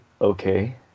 okay